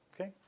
Okay